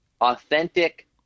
authentic